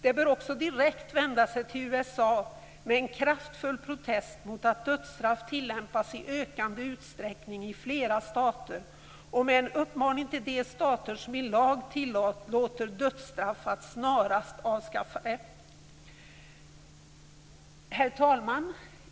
Det bör också direkt vända sig till USA med en kraftfull protest mot att dödsstraff tillämpas i ökande utsträckning i flera stater och en uppmaning till de stater som i lag tillåter dödsstraff att snarast avskaffa det. Herr talman!